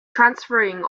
transferring